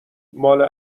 ماله